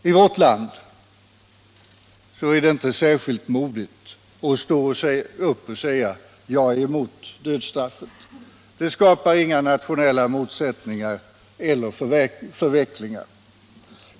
I vårt land är det inte särskilt modigt att stå upp och säga: ”Jag är emot dödsstraffet.” Det skapar ju inga nationella motsättningar eller förvecklingar.